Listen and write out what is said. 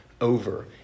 over